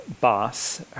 boss